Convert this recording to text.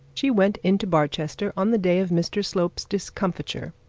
she went into barchester on the day of mr slope's discomfiture,